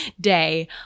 day